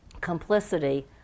complicity